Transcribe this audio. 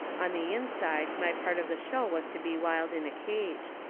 on the inside my part of the show was to be wild in a cage.